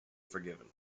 forgiven